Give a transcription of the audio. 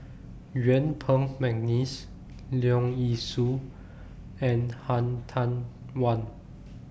Yuen Peng Mcneice Leong Yee Soo and Han Tan Wan